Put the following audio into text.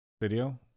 video